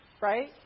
Right